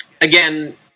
again